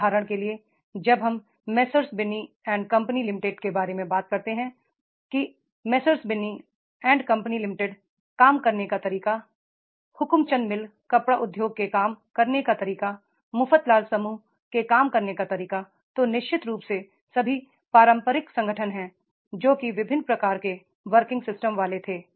उदाहरण के लिए जब हम messrs Binny and company limited के बारे में बात करते हैं कि messrs Binny and company limited काम करने का तरीका हुकुमचंद मिल कपड़ा उद्योग के काम करने का तरीका मफतलाल समूह के काम करने का तरीका तो निश्चित रूप से सभी पारंपरिक संगठन है जो की विभिन्न प्रकार की वर्किंग सिस्टम वाले थे